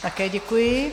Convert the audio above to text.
Také děkuji.